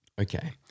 Okay